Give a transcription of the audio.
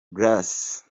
grace